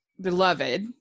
beloved